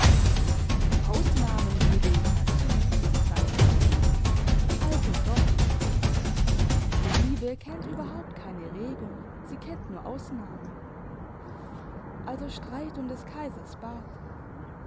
ausnahmen gebe ich ja zu sagte er also doch die liebe kennt überhaupt keine regeln sie kennt nur ausnahmen also streit um des kaisers bart